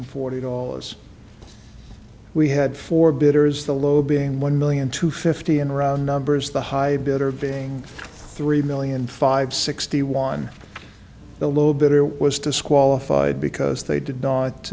forty dollars we had four bidders the low being one million to fifty in round numbers the high bidder being three million five sixty one the low bidder was disqualified because they did not